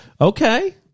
Okay